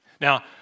Now